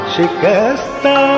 Shikasta